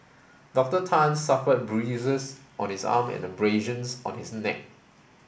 Doctor Tan suffered bruises on his arm and abrasions on his neck